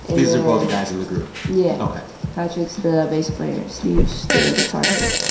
these are both guys in the group? yeah ok patrick's the bass player. steve's the guitar player.